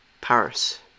Paris